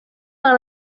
par